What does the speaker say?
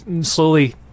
slowly